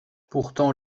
pourtant